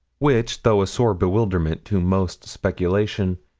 which, though a sore bewilderment to most speculation,